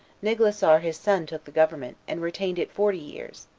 niglissar his son took the government, and retained it forty years,